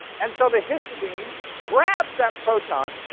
and so the histidine grabs that proton